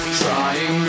trying